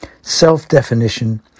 self-definition